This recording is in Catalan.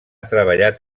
treballat